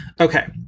Okay